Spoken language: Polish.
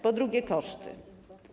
Po drugie, koszty.